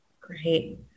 Great